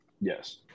yes